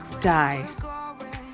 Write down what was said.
Die